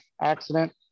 accident